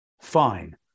fine